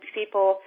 people